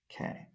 Okay